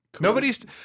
Nobody's